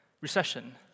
recession